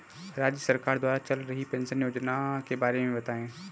राज्य सरकार द्वारा चल रही पेंशन योजना के बारे में बताएँ?